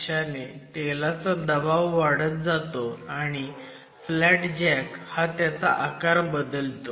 अशाने तेलाचा दबाव वाढत जातो आणि फ्लॅट जॅक हा त्याचा आकार बदलतो